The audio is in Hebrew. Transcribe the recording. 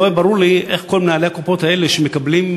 לא היה ברור לי איך כל מנהלי הקופות האלה שמקבלים,